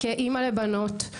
כאמא לבנות,